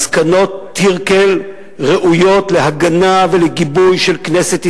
מסקנות טירקל ראויות להגנה ולגיבוי של כנסת ישראל,